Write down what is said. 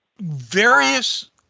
various